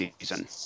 season